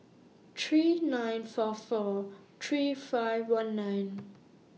three nine four four three five one nine